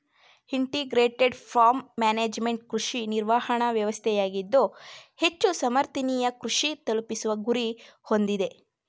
integrated farm management ಕೃಷಿ ನಿರ್ವಹಣಾ ವ್ಯವಸ್ಥೆಯಾಗಿದ್ದು ಹೆಚ್ಚು ಸಮರ್ಥನೀಯ ಕೃಷಿ ತಲುಪಿಸುವ ಗುರಿ ಹೊಂದಿದೆ